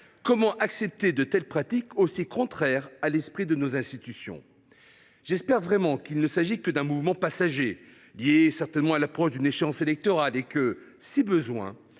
Comment accepter de telles pratiques, aussi contraires à l’esprit de nos institutions ? J’espère vraiment qu’il ne s’agit que d’un mouvement passager, lié à l’approche d’une échéance électorale, et que, si besoin,